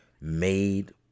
made